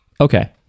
Okay